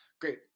Great